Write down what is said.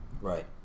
Right